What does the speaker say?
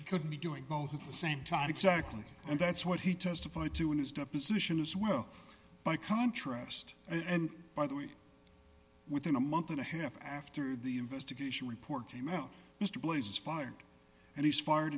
you could be doing both at the same time exactly and that's what he testified to in his deposition as well by contrast and by the way within a month and a half after the investigation report came out mr blaze is fired and he's fired